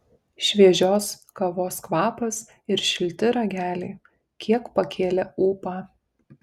šviežios kavos kvapas ir šilti rageliai kiek pakėlė ūpą